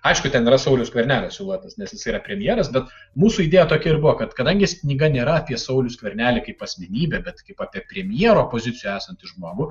aišku ten yra saulius skvernelio siluetas nes jis yra premjeras bet mūsų įdėja tokia ir buvo kad kadangi knyga nėra apie saulių skvernelį kaip asmenybę bet kaip apie premjero pozicijoje esantį žmogų